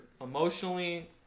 emotionally